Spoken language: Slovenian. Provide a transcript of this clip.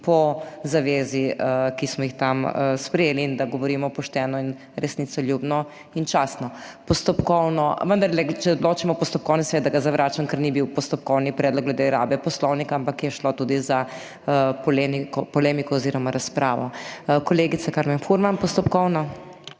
po zavezi, ki smo jih tam sprejeli, in da govorimo pošteno in resnicoljubno in častno. Vendarle odločimo. Postopkovni, seveda ga zavračam, ker ni bil postopkovni predlog glede rabe poslovnika, ampak je šlo tudi za polemiko oziroma razpravo. Kolegica Karmen Furman, postopkovno.